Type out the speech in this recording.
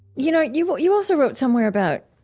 you know, you you also wrote somewhere about